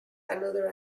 another